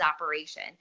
operation